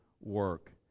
work